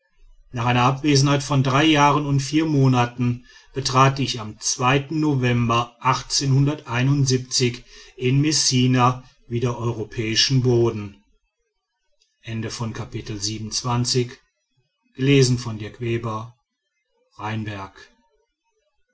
nach einer abwesenheit von drei jahren und vier monaten betrat ich am november in messina wieder europäischen boden